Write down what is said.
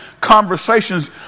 conversations